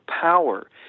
power